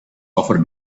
over